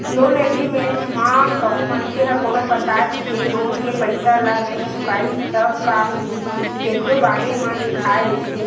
loan agreement म कहूँ मनखे ह कोनो परकार ले लोन के पइसा ल नइ चुकाइस तब का होही तेखरो बारे म लिखाए रहिथे